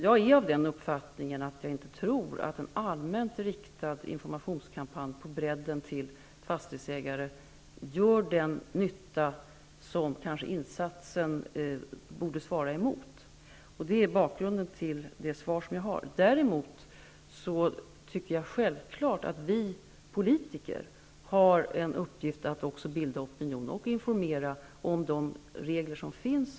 Jag tror inte att en bred informationskampanj allmänt riktad till fastighetsägare gör den nytta som kanske borde svara mot den gjorda insatsen. Det är bakgrunden till mitt svar. Däremot tycker jag självklart att vi politiker har en uppgift att fylla när det gäller att bilda opinion och att informera om de regler som finns.